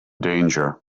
danger